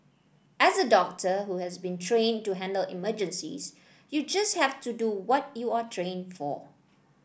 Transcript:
as a doctor who has been trained to handle emergencies you just have to do what you are trained for